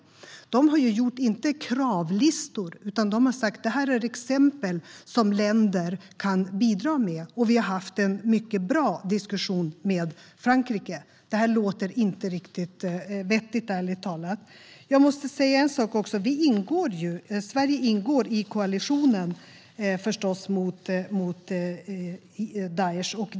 De har inte gjort kravlistor. De har sagt att detta är exempel som länder kan bidra med. Vi har haft en mycket bra diskussion med Frankrike. Detta låter inte riktigt vettigt, ärligt talat. Sverige ingår i koalitionen mot Daesh.